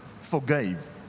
forgave